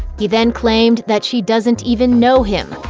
he then claimed that she doesn't even know him.